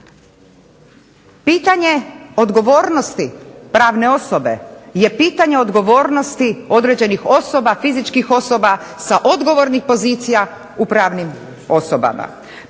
Pitanje odgovornosti pravne osobe je pitanje odgovornosti određenih osoba, fizičkih osoba sa odgovornih pozicija u pravnim osobama.